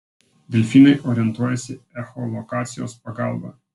delfinai orientuojasi echolokacijos pagalba